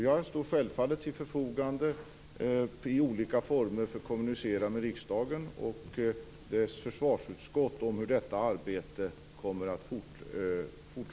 Jag står självfallet till förfogande för att i olika former kommunicera med riksdagen och dess försvarsutskott om hur detta arbete kommer att fortfara.